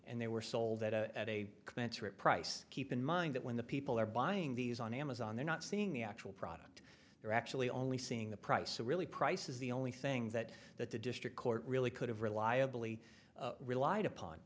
and they were sold at a at a commensurate price keep in mind that when the people are buying these on amazon they're not seeing the actual product they're actually only seeing the price so really price is the only thing that that the district court really could have reliably relied upon